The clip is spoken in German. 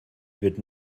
wird